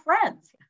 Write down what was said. friends